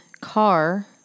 car